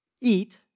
Eat